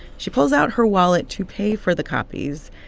she pulls out her wallet to pay for the copies.